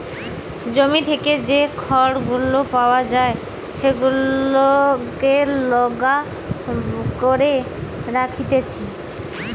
জমি থেকে যে খড় গুলা পাওয়া যায় সেগুলাকে গলা করে রাখতিছে